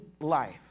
life